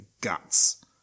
guts